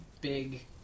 big